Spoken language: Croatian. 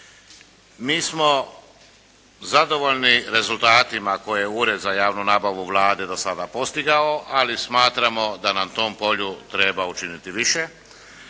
Mi smo zadovoljni rezultatima koje je Ured za javnu nabavu Vlade do sada postigao, ali smatramo da na tom polju treba učiniti više.